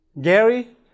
Gary